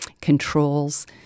controls